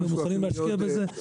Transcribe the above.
ומוכנים להשקיע בזה.